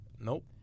Nope